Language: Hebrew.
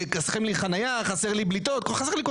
חסרים לי חניה,